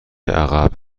عقب